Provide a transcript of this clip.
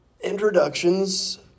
Introductions